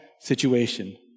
situation